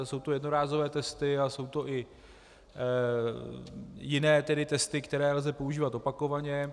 Jsou to jednorázové testy a jsou to i jiné tedy testy, které lze používat opakovaně.